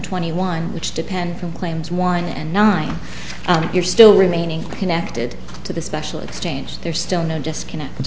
twenty one which depend from claims one and nine and if you're still remaining connected to the special exchange there's still no disconnect